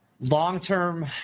Long-term